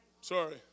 Sorry